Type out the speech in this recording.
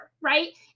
Right